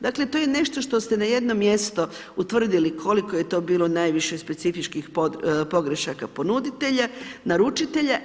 Dakle to je nešto što ste na jedno mjesto utvrdili koliko je to bilo najviše specifičnih pogrešaka ponuditelja, naručitelja.